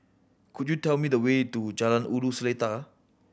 could you tell me the way to Jalan Ulu Seletar